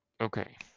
okay